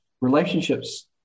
relationships